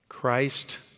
Christ